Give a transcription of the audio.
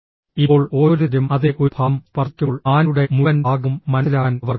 ഇപ്പോൾ ഓരോരുത്തരും അതിൻറെ ഒരു ഭാഗം സ്പർശിക്കുമ്പോൾ ആനയുടെ മുഴുവൻ ഭാഗവും മനസ്സിലാക്കാൻ അവർക്ക് കഴിഞ്ഞില്ല